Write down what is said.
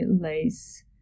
lace